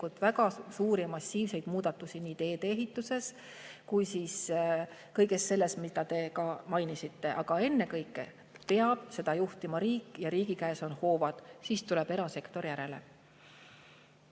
väga suuri, massiivseid muudatusi nii teedeehituses kui kõiges selles, mida te mainisite. Aga ennekõike peab seda juhtima riik, sest riigi käes on hoovad. Siis tuleb erasektor järele.